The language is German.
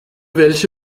welche